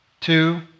Two